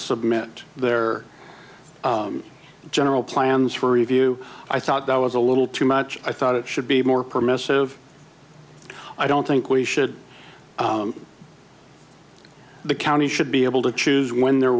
submit their general plans for review i thought that was a little too much i thought it should be more permissive i don't think we should the county should be able to choose when they're